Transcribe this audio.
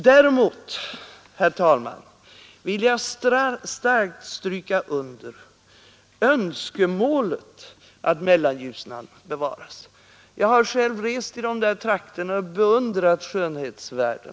Däremot, herr talman, vill jag starkt stryka under önskemålet att Mellanljusnan bevaras. Jag har själv rest i dessa trakter och beundrat deras skönhetsvärde.